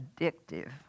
addictive